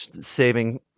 saving